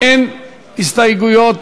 אין הסתייגויות,